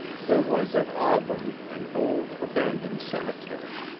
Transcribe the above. there was at auburn an old, abandoned cemetery.